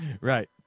Right